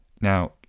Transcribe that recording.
now